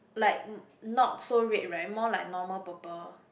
like not so red right more like normal purple